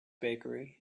bakery